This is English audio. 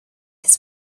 his